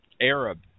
Arab